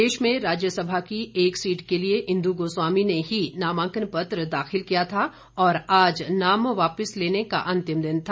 प्रदेश में राज्यसभा की एक सीट के लिए इंद् गोस्वामी ने ही नामांकन पत्र दाखिल किया था और आज नाम वापिस लेने का अंतिम दिन था